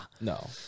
No